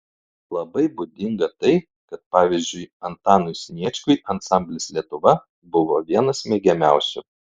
labai būdinga tai kad pavyzdžiui antanui sniečkui ansamblis lietuva buvo vienas mėgiamiausių